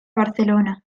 barcelona